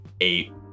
eight